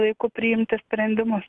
laiku priimti sprendimus